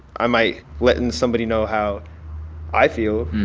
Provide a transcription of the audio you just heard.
i might let and somebody know how i feel.